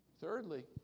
thirdly